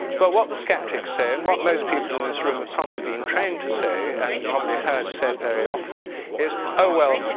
but what the skeptic say and what most people in this room are probably being trained to say and probably heard said very often is, oh well,